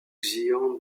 xian